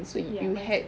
ya